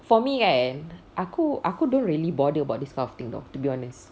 for me kan aku aku don't really bother about this kind of thing [tau] to be honest